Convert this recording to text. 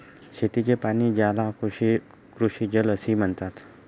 शेतीचे पाणी, ज्याला कृषीजल असेही म्हणतात